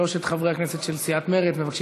שלושת חברי הכנסת של סיעת מרצ מבקשים